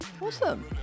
Awesome